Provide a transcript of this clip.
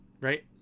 Right